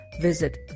visit